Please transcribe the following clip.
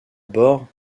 bord